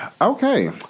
okay